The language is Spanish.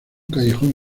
callejón